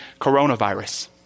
coronavirus